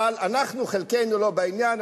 אבל חלקנו לא בעניין,